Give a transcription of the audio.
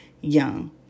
young